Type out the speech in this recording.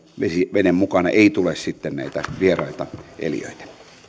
veden mukana ei tule sitten näitä vieraita eliöitä